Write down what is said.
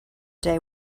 day